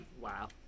Wow